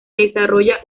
desarrolla